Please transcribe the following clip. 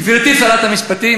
גברתי שרת המשפטים,